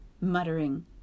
muttering